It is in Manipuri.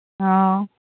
ꯑꯥꯎ